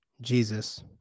Jesus